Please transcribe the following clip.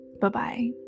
bye-bye